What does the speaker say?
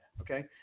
Okay